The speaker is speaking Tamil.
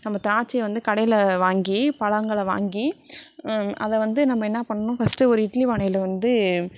நம்ம திராட்சையை வந்து கடையில் வாங்கி பழங்களை வாங்கி அதை வந்து நம்ம என்ன பண்ணணும் ஃபஸ்ட்டு ஒரு இட்லி பானையில் வந்து